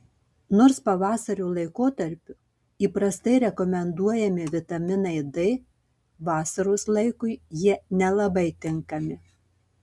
nors pavasario laikotarpiu įprastai rekomenduojami vitaminai d vasaros laikui jie nelabai tinkami